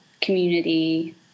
community